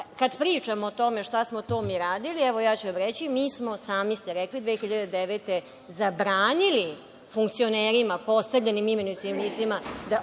pričamo o tome šta smo to mi radili, evo ja ću vam reći, mi smo sami ste rekli, 2009. godine zabranili funkcionerima, postavljenim i imenovanim licima da